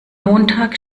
montag